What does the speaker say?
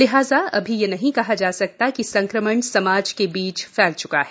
लिहाजा अभी ये नहीं कहा जा सकता कि संक्रमण समाज के बीच फेल चुका है